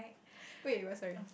wait what sorry